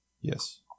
Yes